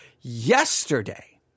Yesterday